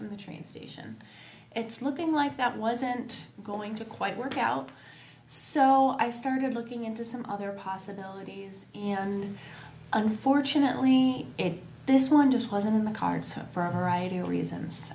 from the train station it's looking like that wasn't going to quite work out so i started looking into some other possibilities and unfortunately it this one just wasn't in the cards for her reasons